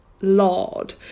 Lord